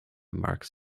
marks